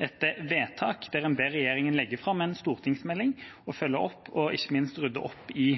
der en ber regjeringa legge fram en stortingsmelding og følge opp og ikke minst rydde opp i